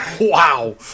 Wow